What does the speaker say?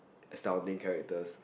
astounding characters